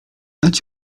znać